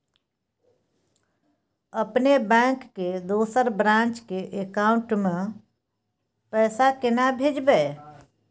अपने बैंक के दोसर ब्रांच के अकाउंट म पैसा केना भेजबै?